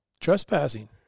Trespassing